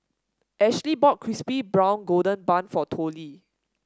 Ashlea bought crispy brown golden bun for Tollie